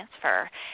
transfer